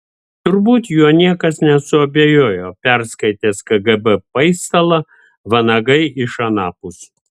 turbūt juo niekas nesuabejojo perskaitęs kgb paistalą vanagai iš anapus